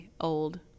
old